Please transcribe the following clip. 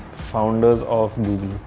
founders of